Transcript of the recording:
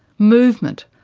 movement,